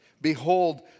Behold